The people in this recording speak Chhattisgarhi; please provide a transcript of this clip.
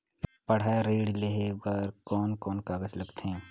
पढ़ाई ऋण लेहे बार कोन कोन कागज लगथे?